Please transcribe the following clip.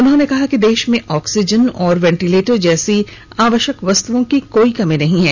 उन्होंने कहा कि देश में ऑक्सीजन और वेंटिलेटर जैसी आवश्यक वस्तुओं की कोई कमी नहीं है